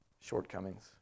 shortcomings